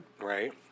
Right